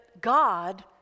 God